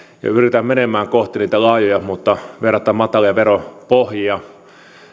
ja yritetään mennä kohti niitä laajoja mutta verrattain matalia veropohjia